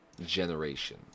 generation